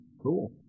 Cool